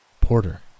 Porter